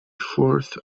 fourth